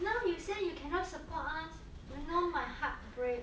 now you say you cannot support us you know my heart break